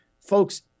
folks